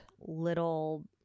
Little